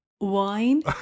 wine